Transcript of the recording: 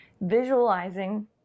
visualizing